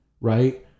right